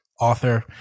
author